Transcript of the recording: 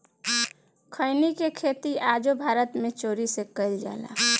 खईनी के खेती आजो भारत मे चोरी से कईल जाला